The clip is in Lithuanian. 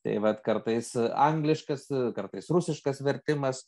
tai vat kartais angliškas kartais rusiškas vertimas